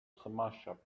smashup